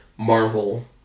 Marvel